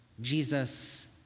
Jesus